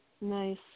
Nice